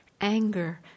anger